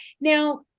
Now